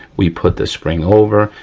we put the spring over,